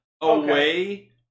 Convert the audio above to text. away